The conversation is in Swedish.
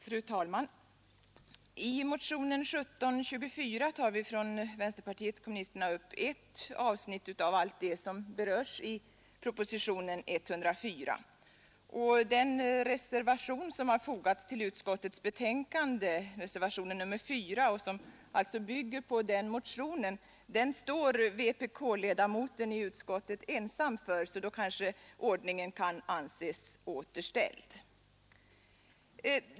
Fru talman! I motionen 1724 tar vi från vpk upp ett avsnitt av allt det som berörs i propositionen 104. Den reservation som har fogats vid utskottsbetänkandet, reservationen 4, och som alltså bygger på den motionen, står vpk-ledamoten i utskottet ensam för, så då kanske ordningen kan anses återställd.